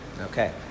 Okay